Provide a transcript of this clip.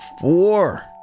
four